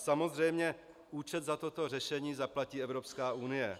Samozřejmě účet za toto řešení zaplatí Evropská unie.